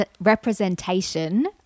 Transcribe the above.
representation